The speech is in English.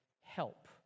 help